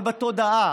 אבל בתודעה.